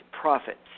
profits